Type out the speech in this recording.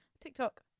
TikTok